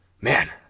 Man